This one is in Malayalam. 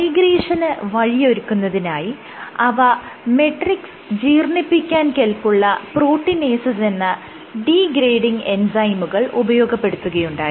മൈഗ്രേഷന് വഴിയൊരുക്കുന്നതിനായി അവ മെട്രിക്സ് ജീർണ്ണിപ്പിക്കാൻ കെല്പുള്ള പ്രോട്ടീനേസസ് എന്ന ഡീഗ്രേഡിങ് എൻസൈമുകൾ ഉപയോഗപ്പെടുത്തുകയുണ്ടായി